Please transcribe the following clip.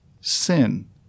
sin